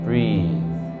Breathe